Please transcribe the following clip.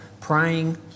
praying